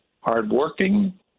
hardworking